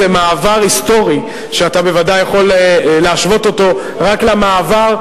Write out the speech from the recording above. זה מעבר היסטורי שאתה בוודאי יכול להשוות אותו רק למעבר,